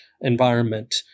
environment